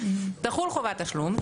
תחול חובת תשלום.